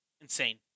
insane